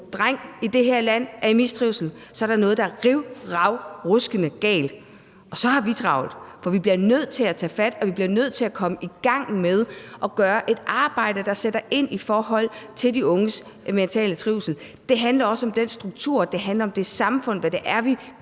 dreng i det her land er i mistrivsel, så er der noget, der er rivravruskende galt, og så har vi travlt. For vi bliver nødt til at tage fat, og vi bliver nødt til at komme i gang med at gøre et arbejde, der sætter ind i forhold til de unges mentale trivsel. Det handler også om den struktur, det handler om det samfund, og hvad det er, vi